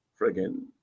friggin